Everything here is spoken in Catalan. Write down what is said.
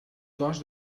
cos